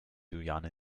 juliane